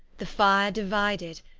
the fire divided,